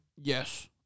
Yes